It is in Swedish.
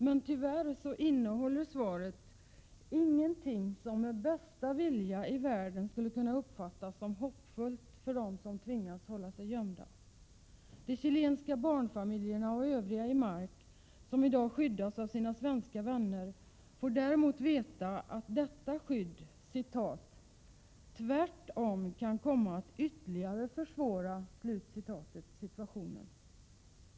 Men tyvärr innehåller statsrådets svar ingenting som med bästa vilja i världen skulle kunna uppfattas som hoppfullt för dem som tvingas hålla sig gömda. De chilenska barnfamiljerna och övriga i Mark som i dag skyddas av sina svenska vänner får veta att detta skydd tvärtom kan ”komma att ytterligare försvåra” situationen.